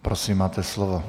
Prosím, máte slovo.